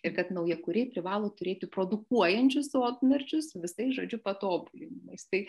ir kad naujakuriai privalo turėti produkuojančius sodnarčius su visais žodžiu patobulinimais tai